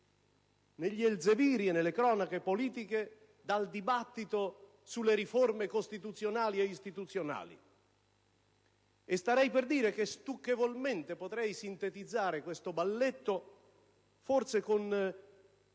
negli elzeviri e nelle cronache politiche, dal dibattito sulle riforme costituzionali e istituzionali, starei per dire stucchevolmente: potrei forse sintetizzare questo balletto con